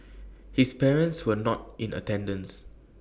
his parents were not in attendance